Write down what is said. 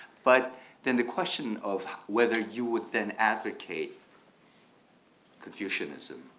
but then the question of whether you would then advocate confucianism,